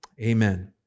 Amen